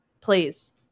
please